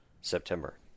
September